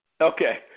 Okay